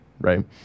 Right